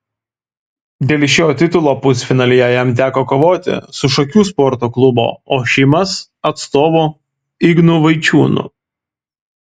dėl šio titulo pusfinalyje jam teko kovoti su šakių sporto klubo ošimas atstovu ignu vaičiūnu